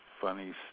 funny